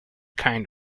kind